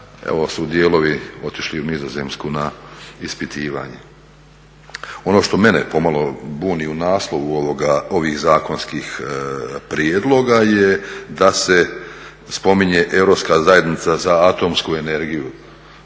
Evo, dijelovi su otišli u Nizozemsku na ispitivanje. Ono što mene pomalo buni u naslovu ovih zakonskih prijedloga je da se spominje Europska zajednica za atomsku energiju